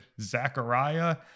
Zechariah